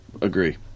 agree